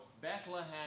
Bethlehem